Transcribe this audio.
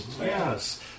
Yes